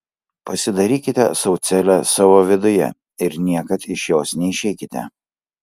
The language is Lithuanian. pasidarykite sau celę savo viduje ir niekad iš jos neišeikite